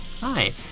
Hi